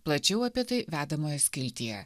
plačiau apie tai vedamojo skiltyje